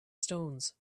stones